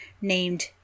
named